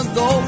go